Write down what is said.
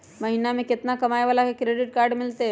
महीना में केतना कमाय वाला के क्रेडिट कार्ड मिलतै?